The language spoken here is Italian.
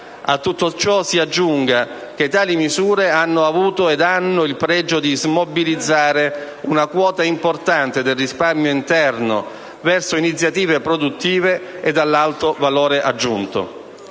A tutto ciò si aggiunga che tali misure hanno avuto ed hanno il pregio di smobilizzare una quota importante del risparmio interno verso iniziative produttive e dall'alto valore aggiunto.